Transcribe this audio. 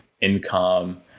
income